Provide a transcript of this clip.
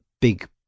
big